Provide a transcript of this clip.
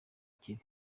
kibi